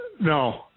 No